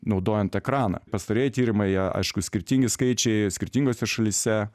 naudojant ekraną pastarieji tyrimai jie aišku skirtingi skaičiai skirtingose šalyse